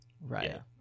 Right